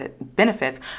benefits